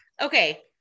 okay